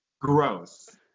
Gross